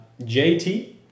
JT